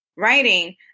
Writing